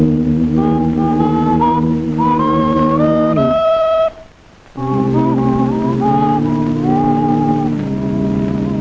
whoa whoa whoa whoa whoa